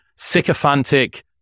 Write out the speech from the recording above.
Sycophantic